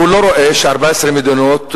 הוא לא רואה ש-14 מדינות,